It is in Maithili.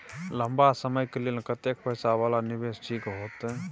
लंबा समय के लेल कतेक पैसा वाला निवेश ठीक होते?